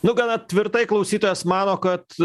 nu gana tvirtai klausytojas mano kad